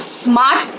smart